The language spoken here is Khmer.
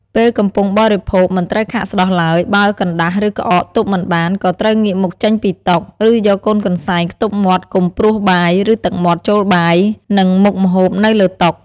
ពេលកំពុងបរិភោគមិនត្រូវខាកស្តោះឡើយ បើកណ្តាស់ឬក្អកទប់មិនបាន ក៏ត្រូវងាកមុខចេញពីតុ ឬយកកូនកន្សែងខ្ទប់មាត់កុំព្រួសបាយ ឬទឹកមាត់ចូលបាយ និងមុខម្ហូបនៅលើតុ។